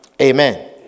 Amen